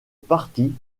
partie